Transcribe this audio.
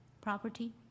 property